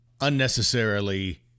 unnecessarily